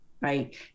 right